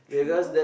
true